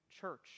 church